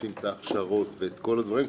ההכשרות ואת כל הדברים,